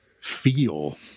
feel